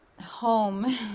home